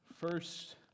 First